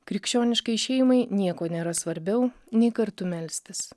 krikščioniškai šeimai nieko nėra svarbiau nei kartu melstis